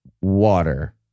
water